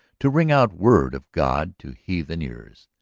to ring out word of god to heathen ears.